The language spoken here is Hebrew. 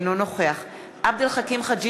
אינו נוכח עבד אל חכים חאג'